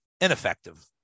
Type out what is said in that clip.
ineffective